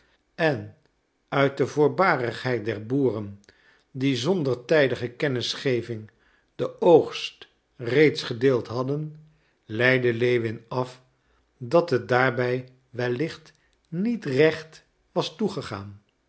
en uit de voorbarigheid der boeren die zonder tijdige kennisgeving den oogst reeds gedeeld hadden leidde lewin af dat het daarbij wellicht niet recht was toegegaan